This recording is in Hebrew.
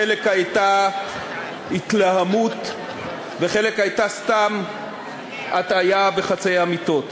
חלק היה התלהמות וחלק היה סתם הטעיה וחצאי אמיתות.